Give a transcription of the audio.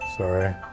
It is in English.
Sorry